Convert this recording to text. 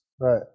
Right